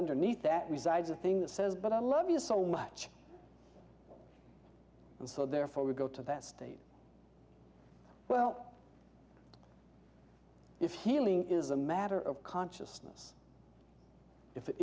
underneath that resides a thing that says but i love you so much and so therefore we go to that state well if healing is a matter of consciousness if it